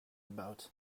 about